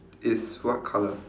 is what colour